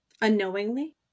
unknowingly